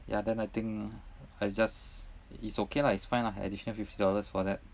yeah then I think I'll just it's okay lah it's fine lah additional fifty dollars for that